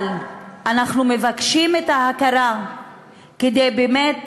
אבל אנחנו מבקשים את ההכרה כדי באמת